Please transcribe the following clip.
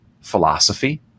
philosophy